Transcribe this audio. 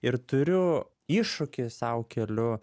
ir turiu iššūkį sau keliu